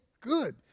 good